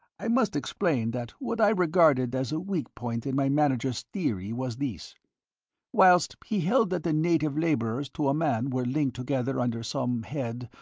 i must explain that what i regarded as a weak point in my manager's theory was this whilst he held that the native labourers to a man were linked together under some head,